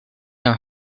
and